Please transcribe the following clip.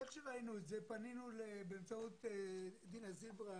איך שראינו את זה פנינו באמצעות דינה זילבר,